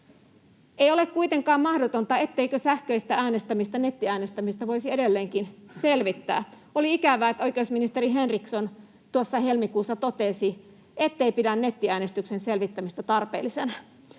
Ei ole kuitenkaan mahdotonta, etteikö sähköistä äänestämistä, nettiäänestämistä, voisi edelleenkin selvittää. Oli ikävää, että oikeusministeri Henriksson tuossa helmikuussa totesi, ettei pidä nettiäänestyksen selvittämistä tarpeellisena.